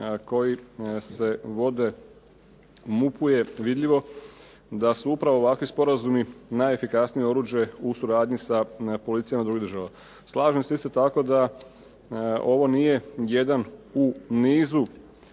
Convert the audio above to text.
koji se vode MUP-u je vidljivo da su upravo ovakvi sporazumu najefikasnije oruđe u suradnji sa policijama drugih država. Slažem se isto tako da ovo nije jedan u nizu